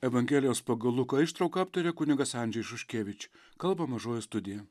evangelijos pagal luką ištrauką aptarė kunigas andžej šuškevič kalba mažoji studija